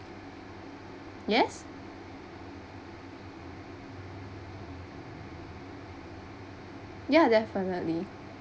yes ya definitely